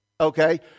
Okay